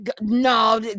no